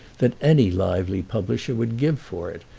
that any lively publisher would give for it,